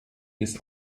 bis